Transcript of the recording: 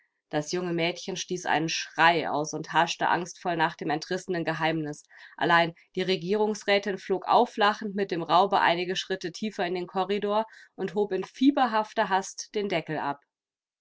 das junge mädchen stieß einen schrei aus und haschte angstvoll nach dem entrissenen geheimnis allein die regierungsrätin flog auflachend mit dem raube einige schritte tiefer in den korridor und hob in fieberhafter hast den deckel ab